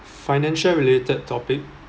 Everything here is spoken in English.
financial related topic